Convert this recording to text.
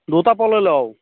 দুয়োটা পল লওঁ